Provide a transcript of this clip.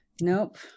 Nope